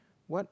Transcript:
what